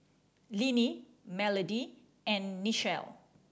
Linnie Melody and Nichelle